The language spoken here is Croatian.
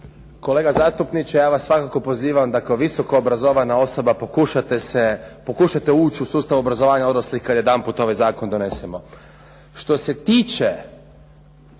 Kolega zastupniče, ja vas svakako pozivam da kao visoko obrazovana osoba pokušate ući u sustav obrazovanja odraslih kad jedanput ovaj zakon donesemo.